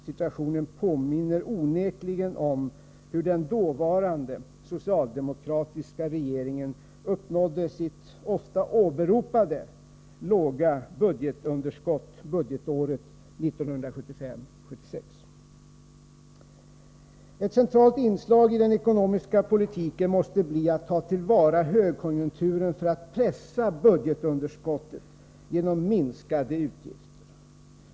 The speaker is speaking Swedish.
Situationen påminner onekligen om hur den dåvarande socialdemokratiska regeringen uppnådde sitt ofta åberopade låga budgetunderskott budgetåret 1975/76. 29 Ett centralt inslag i den ekonomiska politiken måste bli att ta till vara högkonjunkturen för att pressa ned budgetunderskottet genom minskade utgifter.